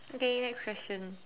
okay next question